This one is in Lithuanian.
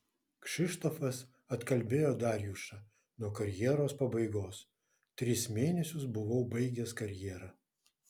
kšištofas atkalbėjo darjušą nuo karjeros pabaigos tris mėnesius buvau baigęs karjerą